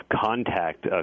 contact